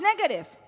negative